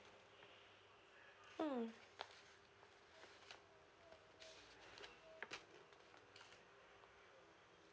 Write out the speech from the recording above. mm